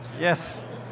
Yes